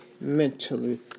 mentally